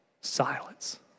silence